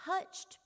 touched